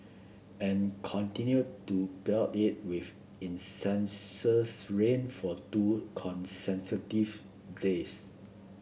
and continued to pelt it with incessant rain for two consecutive days